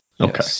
Okay